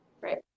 Right